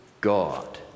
God